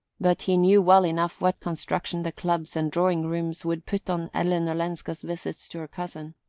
but he knew well enough what construction the clubs and drawing-rooms would put on ellen olenska's visits to her cousin.